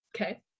Okay